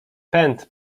pęd